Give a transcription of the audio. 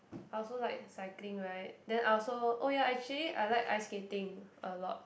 I also like cycling right then I also oh ya actually I like ice skating a lot